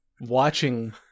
watching